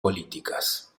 políticas